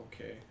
okay